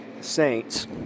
saints